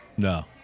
No